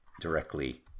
directly